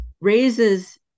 raises